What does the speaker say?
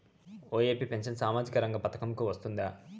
OAP pension సామాజిక రంగ పథకం కు వస్తుందా?